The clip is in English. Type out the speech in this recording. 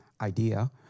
idea